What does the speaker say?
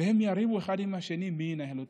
והם יריבו אחד עם השני מי ינהל אותה?